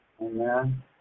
Amen